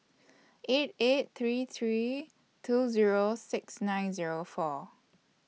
eight eight three three two Zero six nine Zero four